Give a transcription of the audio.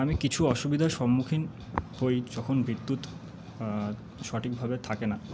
আমি কিছু অসুবিধার সম্মুখীন হই যখন বিদ্যুৎ সঠিকভাবে থাকে না